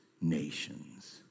nations